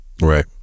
right